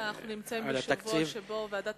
כן, אנחנו בשבוע שבו ועדת